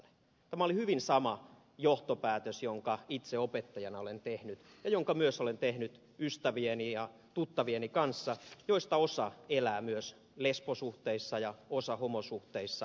tämä oli hyvin samanlainen johtopäätös jonka itse opettajana olen tehnyt ja jonka myös olen tehnyt ystävieni ja tuttavieni kanssa joista osa elää myös lesbosuhteissa ja osa homosuhteissa